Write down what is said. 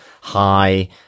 high